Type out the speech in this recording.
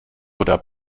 oder